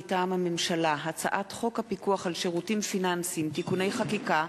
מטעם הממשלה: הצעת חוק הפיקוח על שירותים פיננסיים (תיקוני חקיקה),